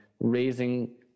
raising